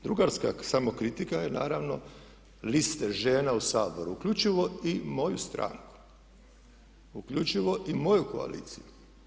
Drugarska samokritika je naravno liste žena u Saboru, uključivo i moju stranku i moju koaliciju.